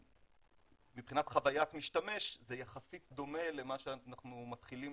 מבחינת חוויית משתמש זה יחסית דומה למה שאנחנו מתחילים